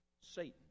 Satan